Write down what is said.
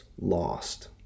lost